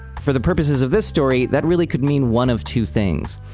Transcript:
for the purposes of this story, that really could mean one of two things.